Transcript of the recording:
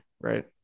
right